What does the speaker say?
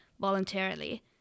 voluntarily